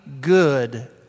good